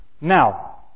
Now